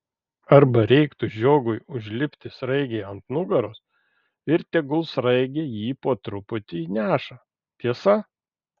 arba reiktų žiogui užlipti sraigei ant nugaros ir tegul sraigė jį po truputį neša tiesa